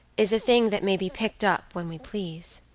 is a thing that may be picked up when we please.